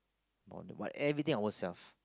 what everything I work self